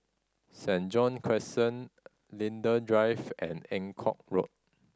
Saint John Crescent Linden Drive and Eng Kong Road